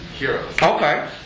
Okay